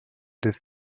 des